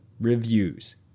reviews